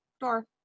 door